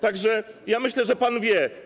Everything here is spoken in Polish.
Tak że ja myślę, że pan wie.